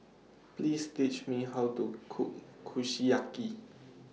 Please Tell Me How to Cook Kushiyaki